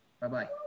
Bye-bye